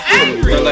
angry